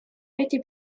эти